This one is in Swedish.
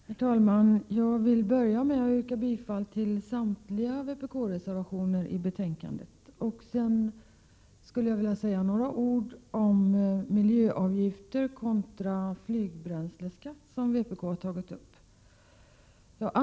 Herr talman! Jag vill börja med att yrka bifall till samtliga vpkreservationer i betänkandet. ; Jag skulle också vilja säga några ord om miljöavgifter kontra flygbränsleskatt, som vpk har tagit upp i ett särkilt yttrande till betänkandet.